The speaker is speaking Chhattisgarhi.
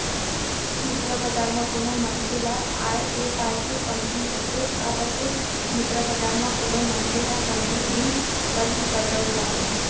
मुद्रा बजार म कोनो मनसे ल आय ऐ पाय के कमती होथे काबर के मुद्रा बजार म कोनो मनसे ह कमती दिन बर ही करजा उठाथे